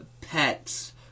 pets